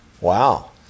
wow